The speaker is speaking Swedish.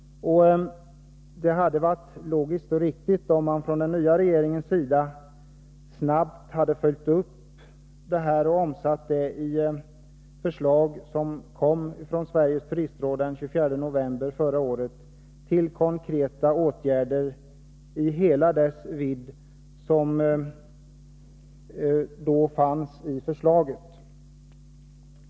Det hade varit riktigt och logiskt om den nya regeringen snabbt hade följt upp det och omsatt förslaget, som Sveriges turistråd den 24 november förra året framlade, i hela dess vidd i konkreta åtgärder.